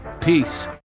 Peace